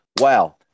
Wow